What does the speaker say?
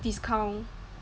discount